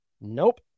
Nope